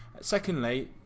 Secondly